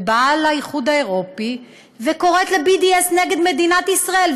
ובאה לאיחוד האירופי וקוראת ל-BDS נגד מדינת ישראל,